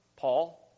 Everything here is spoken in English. Paul